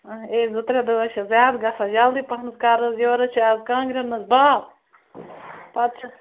A زٕ ترٛےٚ دۄہ حظ چھِ زیادٕ گَژھن جلدی پہنتھ کَر حظ یورٕ حظ چھِ اَز کانٛگرٮ۪ن منٛز باو پتہٕ چھَس